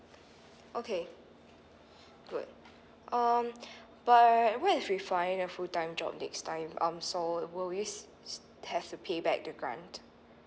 okay good um but err what if we find a full time job next time um so will we have to pay back the grant